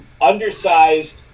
undersized